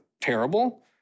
terrible